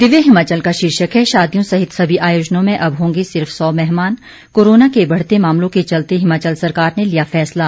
दिव्य हिमाचल का शीर्षक है शादियों सहित सभी आयोजनों में अब होंगे सिर्फ सौ मेहमान कोरोना के बढ़ते मामलों के चलते हिमाचल सरकार ने लिया फैसला